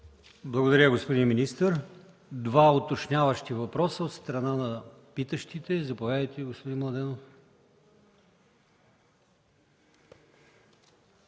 Благодаря, господин министър. Два уточняващи въпроса от страна на питащите. Заповядайте, господин Младенов.